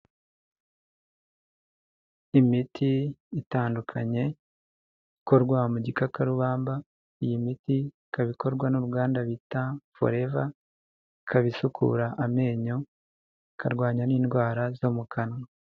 Imiti itandukanye ikorwa mu gikakarubamba iyi miti ikaba ikorwa n'uruganda bita foreva ikabi isukura amenyo ikarwanya n'indwara zo mu kanwa.